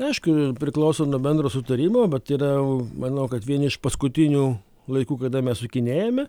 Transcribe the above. aišku priklauso nuo bendro sutarimo bet yra manau kad vieni iš paskutinių laikų kada mes sukinėjame